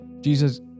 Jesus